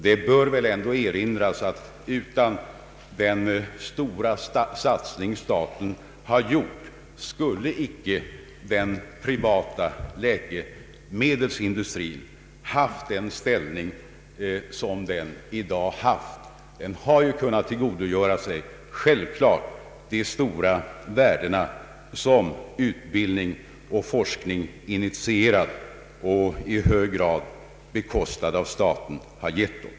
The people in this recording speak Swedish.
Det bör också erinras om att utan den stora satsning som staten gjort på forskningens område skulle inte den privata läkemedelsindustrin ha haft den ställning som den i dag har; den har självklart kunnat tillgodogöra sig de stora värden som utbildning och forskning initierat, i hög grad bekostade av staten.